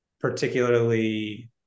particularly